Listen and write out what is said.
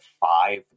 five